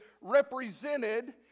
represented